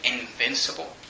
invincible